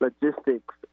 logistics